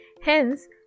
hence